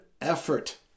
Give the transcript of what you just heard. effort